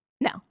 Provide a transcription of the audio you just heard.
No